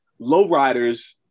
lowriders